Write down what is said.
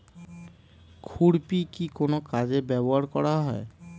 খুরপি কি কোন কাজে ব্যবহার করা হয়?